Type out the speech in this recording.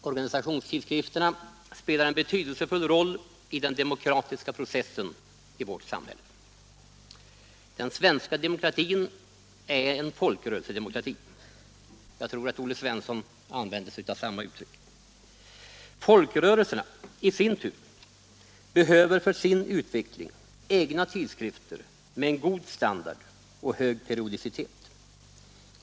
Organisationstidskrifterna spelar en betydelsefull roll i den demokratiska processen i vårt samhälle. Den svenska demokratin är en folkrörelsedemokrati. Jag tror att Olle Svensson använde samma uttryck. Folkrörelserna i sin tur behöver för sin utveckling egna tidskrifter med god standard och hög periodicitet.